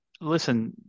listen